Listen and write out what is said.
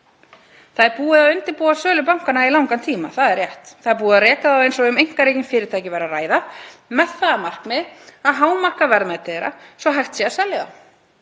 Það er búið að undirbúa sölu bankanna í langan tíma, það er rétt. Það er búið að reka þá eins og um einkarekin fyrirtæki væri að ræða með það að markmiði að hámarka verðmæti þeirra svo hægt sé að selja þá.